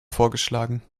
vorgeschlagen